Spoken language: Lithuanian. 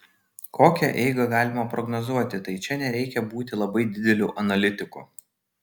kokią eigą galima prognozuoti tai čia nereikia būti labai dideliu analitiku